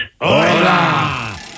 Hola